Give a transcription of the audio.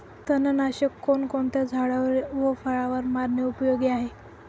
तणनाशक कोणकोणत्या झाडावर व फळावर मारणे उपयोगी आहे?